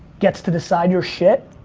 gets to decide your shit,